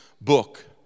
book